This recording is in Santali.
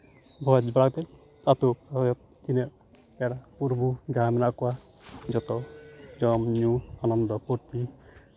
ᱵᱷᱚᱡᱽ ᱵᱟᱲᱟ ᱠᱟᱛᱮᱫ ᱟᱹᱛᱩ ᱛᱤᱱᱟᱹᱜ ᱯᱮᱲᱟ ᱯᱩᱨᱵᱷᱩ ᱡᱟᱦᱟᱸᱭ ᱢᱮᱱᱟᱜ ᱠᱚᱣᱟ ᱡᱚᱛᱚ ᱡᱚᱢ ᱧᱩ ᱟᱱᱚᱱᱫᱚ ᱯᱷᱩᱨᱛᱤ